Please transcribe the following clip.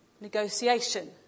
Negotiation